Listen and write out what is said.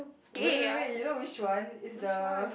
wait wait wait you know which one is the